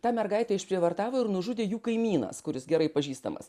tą mergaitę išprievartavo ir nužudė jų kaimynas kuris gerai pažįstamas